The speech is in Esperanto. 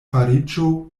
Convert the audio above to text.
fariĝo